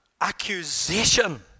accusation